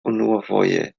unuafoje